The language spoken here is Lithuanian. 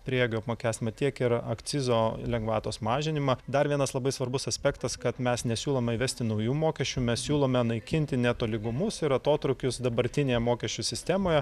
prieaugio apmokestinimą tiek ir akcizo lengvatos mažinimą dar vienas labai svarbus aspektas kad mes nesiūlome įvesti naujų mokesčių mes siūlome naikinti netolygumus ir atotrūkius dabartinėje mokesčių sistemoje